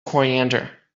coriander